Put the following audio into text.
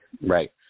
Right